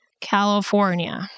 California